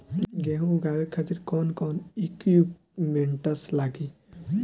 गेहूं उगावे खातिर कौन कौन इक्विप्मेंट्स लागी?